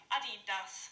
Adidas